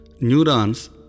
Neurons